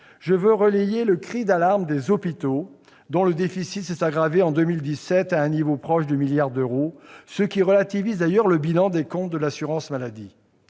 Je souhaite relayer le cri d'alarme des hôpitaux, dont le déficit s'est aggravé en 2017 à un niveau proche du milliard d'euros, ce qui relativise le bilan des comptes de l'assurance maladie.